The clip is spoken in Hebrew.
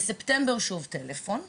בספטמבר קיבלתי ממנה טלפון נוסף,